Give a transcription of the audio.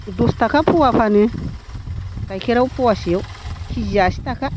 दस थाखा पवा फानो गाइखेरा पवासेयाव के जि आसि थाखा